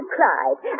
Clyde